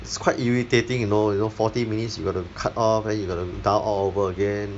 it's quite irritating you know you know forty minutes you got to cut off and then you got to dial all over again